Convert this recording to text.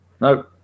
No